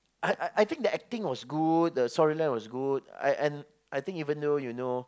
I I I think the acting was good the storyline was good and and I think even though you know